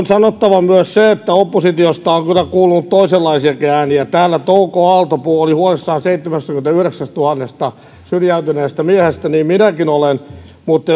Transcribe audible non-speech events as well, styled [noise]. [unintelligible] sanottava myös se että oppositiosta on kyllä kuulunut toisenlaisiakin ääniä täällä touko aalto oli huolissaan seitsemästäkymmenestäyhdeksästätuhannesta syrjäytyneestä miehestä niin minäkin olen mutta [unintelligible]